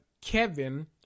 Kevin